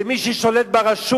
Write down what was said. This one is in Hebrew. ומי ששולט ברשות